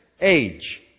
age